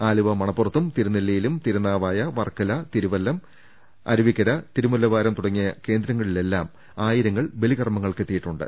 ആലുവ മണപ്പുറത്തും തിരുനെല്ലിയിലും തിരുനാവായ വർക്കല തിരുവല്ലം അരുവിക്കര തിരുമുല്ലവാരം തുടങ്ങിയ കേന്ദ്രങ്ങളി ലെല്ലാം ആയിരങ്ങൾ ബലികർമ്മങ്ങൾക്ക് എത്തിയിട്ടുണ്ട്